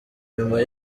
nyuma